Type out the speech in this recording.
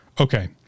okay